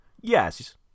yes